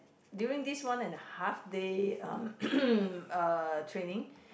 during this one and a half day um uh training